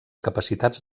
capacitats